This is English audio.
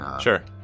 Sure